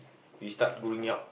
we start growing up